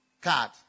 card